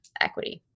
equity